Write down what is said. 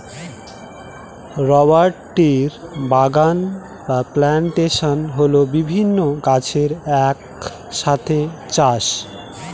rubber ট্রির বাগান plantation হল বিভিন্ন গাছের এক সাথে চাষ